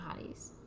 hotties